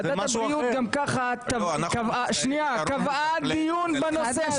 ועדת הבריאות גם ככה קבעה דיון בנושא הזה.